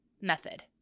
method